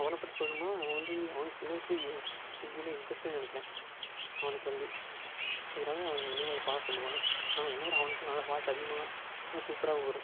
அவனை பற்றி சொல்லனும்னால் அவன் வந்து அவனும் சின்ன வயசுலேயே சிங்கிங்னால் இன்ட்ரஸ்ட்னு நினைக்கிறேன் அவனுக்கு வந்து அதனால அவன் என்னையும் கொஞ்சம் பாட சொல்லுவான் ஆனால் என்னை விட அவனுக்கும் நல்லா வாய்ஸ் அதிகமாக இன்னும் சூப்பராக வரும்